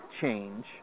change